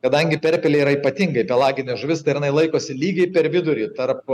kadangi perpelė yra ypatingai pelaginė žuvis tai ir jinai laikosi lygiai per vidurį tarp